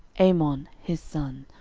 amon his son,